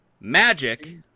magic